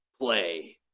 play